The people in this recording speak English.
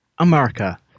America